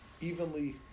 evenly